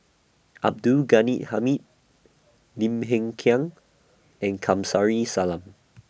Abdul Ghani Hamid Lim Hng Kiang and Kamsari Salam